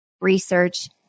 research